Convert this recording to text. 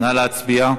נא להצביע.